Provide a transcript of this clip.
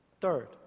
Third